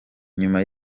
nyuma